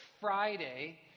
Friday